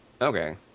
Okay